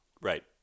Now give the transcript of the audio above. Right